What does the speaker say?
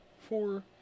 four